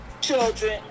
children